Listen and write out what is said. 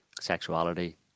sexuality